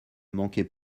manquait